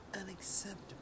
unacceptable